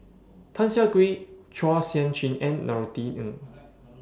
Tan Siah Kwee Chua Sian Chin and Norothy Ng